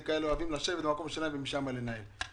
יש מי שאוהבים לשבת במקום שלהם ומשם לנהל.